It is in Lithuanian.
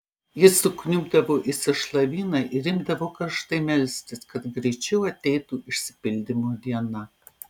jis sukniubdavo į sąšlavyną ir imdavo karštai melstis kad greičiau ateitų išsipildymo diena